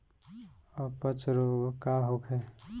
अपच रोग का होखे?